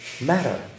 Matter